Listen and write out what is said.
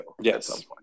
Yes